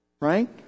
Right